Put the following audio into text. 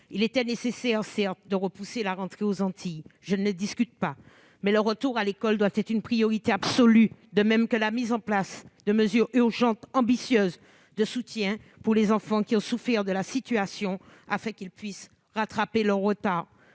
Il était certes nécessaire de repousser la rentrée aux Antilles, et je ne le discute pas, mais le retour à l'école doit être une priorité absolue, de même que la mise en place urgente de mesures ambitieuses de soutien pour que les enfants qui ont souffert de la situation puissent rattraper leur retard.